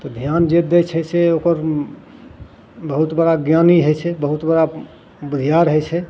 तऽ धिआन जे दै छै से ओकर बहुत बड़ा ज्ञानी होइ छै बहुत बड़ा बुधिआर होइ छै